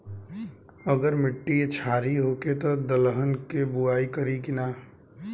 अगर मिट्टी क्षारीय होखे त दलहन के बुआई करी की न?